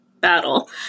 battle